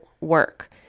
work